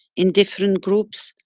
in different groups.